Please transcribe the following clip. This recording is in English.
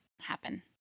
happen